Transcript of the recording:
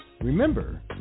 Remember